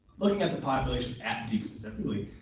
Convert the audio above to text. looking at the population at duke specifically,